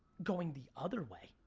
going the other way.